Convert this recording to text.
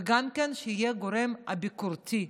וגם שיהיה גורם ביקורתי.